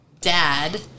dad